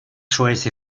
choice